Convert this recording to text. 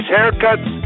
Haircuts